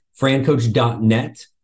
FranCoach.net